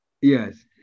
Yes